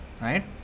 right